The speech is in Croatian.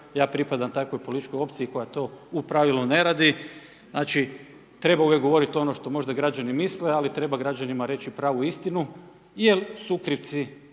ja pripadam takvoj političkoj opciji koja to u pravilu ne radi, znači treba uvijek govoriti ono što možda građani misle ali treba građanima reći pravi istinu jer sukrivci